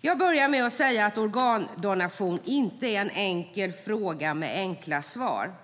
Jag började med att säga att organdonation inte är en enkel fråga med enkla svar.